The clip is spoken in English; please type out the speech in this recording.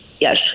yes